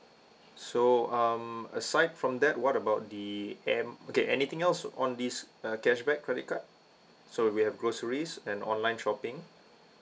so um aside from that what about the air m~ okay anything else on this uh cashback credit card so we have groceries and online shopping